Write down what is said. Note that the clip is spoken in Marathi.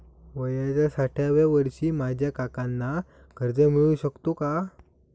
वयाच्या साठाव्या वर्षी माझ्या काकांना कर्ज मिळू शकतो का?